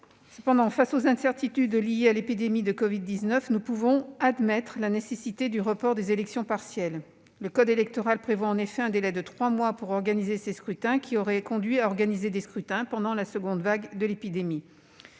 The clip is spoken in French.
réunies. Face aux incertitudes liées à l'épidémie de covid-19, nous pouvons toutefois admettre la nécessité du report des élections partielles. Le code électoral prévoit, en effet, un délai de trois mois pour organiser ces scrutins, ce qui conduirait à les organiser pendant la seconde vague de l'épidémie.